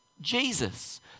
jesus